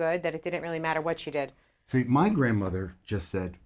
good that it didn't really matter what she did my grandmother just said